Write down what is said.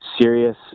serious